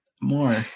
more